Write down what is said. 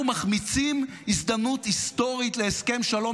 אנחנו מחמיצים הזדמנות היסטורית להסכם שלום